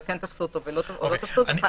וכן תפסו אותו ולא תפסו אותו.